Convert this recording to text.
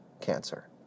cancer